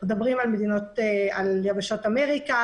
יבשות אמריקה,